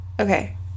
Okay